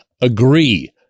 agree